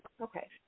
okay